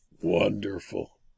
Wonderful